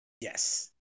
yes